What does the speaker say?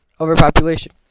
overpopulation